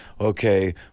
Okay